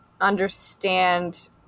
understand